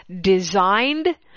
designed